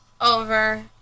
over